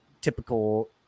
typical